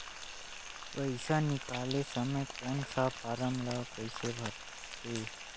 पइसा निकाले समय कौन सा फारम ला कइसे भरते?